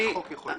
רק חוק יכול לקדם.